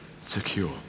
secure